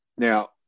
Now